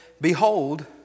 behold